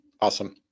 Awesome